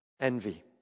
envy